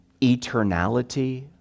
eternality